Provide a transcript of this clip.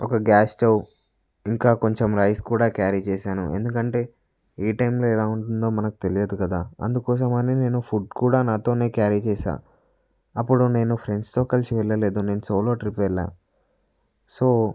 ఒక gas stove ఇంకా కొంచెం రైస్ కూడా క్యారీ చేశాను ఎందుకంటే ఏటైంలో ఎలా ఉంటుందో మనకు తెలియదు కదా అందుకోసం అని నేను ఫుడ్ కూడా నాతోనే క్యారీ చేశాను అప్పుడు నేను ఫ్రెండ్స్తో కలిసి వెళ్ళలేదు నేను సోలో ట్రిప్ వెళ్ళాను సో